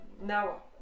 now